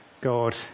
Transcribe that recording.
God